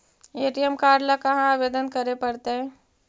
ATM card ल कहा आवेदन करे पड़तै?